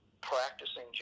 practicing